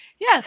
yes